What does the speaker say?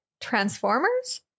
Transformers